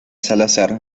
salazar